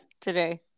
today